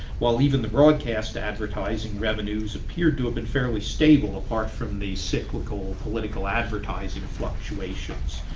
while even the broadcast advertising revenues appeared to have been fairly stable, apart from the cyclical political advertising fluctuations.